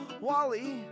Wally